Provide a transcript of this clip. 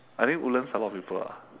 I think woodlands a lot of people ah